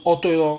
oh 对 lor